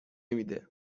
میده